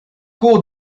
cours